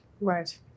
Right